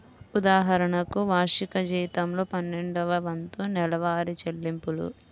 ఉదాహరణకు, వార్షిక జీతంలో పన్నెండవ వంతు నెలవారీ చెల్లింపులు